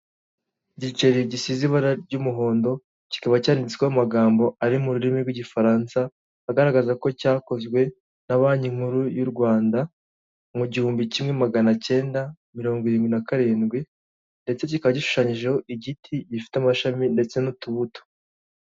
Igiceri gisize ibara ry'umuhondo, kikaba cyanditsweho amagambo ari mu rurimi rw'igifaransa, agaragaza ko cyakozwe na banki nkuru yu Rwanda, mu gihumbi kimwe maganacyenda mirongo irindwi na karindwi, ndetse kikaba gishushanyijeho igiti gifite amashami ndetse n'utubuto.